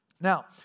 Now